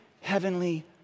heavenly